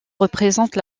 représente